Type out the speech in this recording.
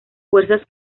fuerzas